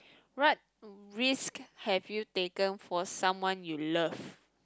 what risk have you taken for someone you love